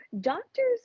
Doctors